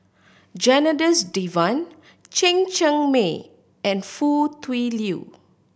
Janadas Devan Chen Cheng Mei and Foo Tui Liew